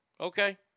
Okay